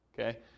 okay